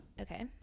Okay